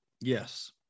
Yes